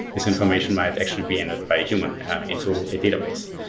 this information might actually be entered by a human into a database.